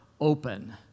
open